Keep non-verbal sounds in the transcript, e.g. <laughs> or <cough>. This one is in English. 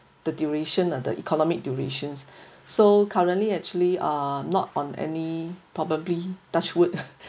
the duration the economic duration so currently actually ah not on any probably touch wood <laughs>